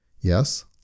Yes